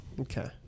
Okay